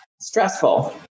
stressful